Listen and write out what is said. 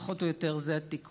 פחות או יותר זה התיקון.